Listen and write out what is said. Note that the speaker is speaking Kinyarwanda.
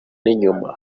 n’inyuma